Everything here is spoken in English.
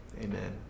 Amen